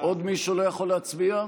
עוד מישהו לא יכול היה להצביע?